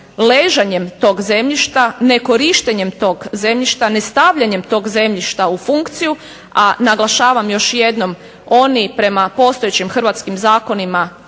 ležanjem tog zemljišta, ne korištenjem tog zemljišta, ne stavljanjem tog zemljišta u funkciju, a naglašavam još jednom oni prema postojećim hrvatskim zakonima